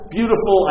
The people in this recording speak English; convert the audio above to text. Beautiful